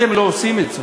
אתם לא עושים את זה,